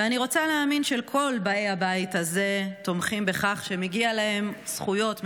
ואני רוצה להאמין שכל באי הבית הזה תומכים בכך שמגיעות להן זכויות,